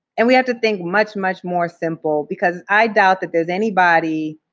and we have to think much, much more simple because i doubt that there's anybody,